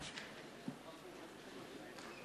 הנני מתכבד לפתוח ישיבה מיוחדת של